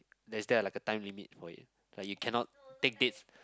there is there like a time limit for it like you cannot take it